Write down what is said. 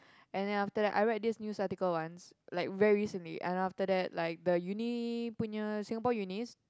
and then after that I read this news article once like very recently and after that like the Uni punya Singapore Unis